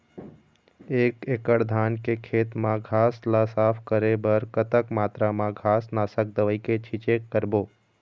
एक एकड़ धान के खेत मा घास ला साफ करे बर कतक मात्रा मा घास नासक दवई के छींचे करबो?